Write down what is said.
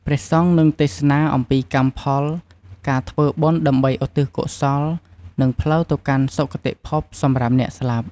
ព្រះសង្ឃនឹងទេសនា អំពីកម្មផល ការធ្វើបុណ្យដើម្បីឧទ្ទិសកុសល និងផ្លូវទៅកាន់សុគតិភពសម្រាប់អ្នកស្លាប់។